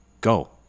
go